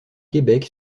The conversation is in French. québec